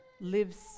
lives